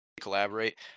collaborate